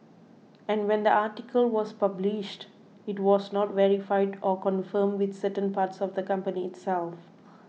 and when the article was published it was not verified or confirmed with certain parts of the company itself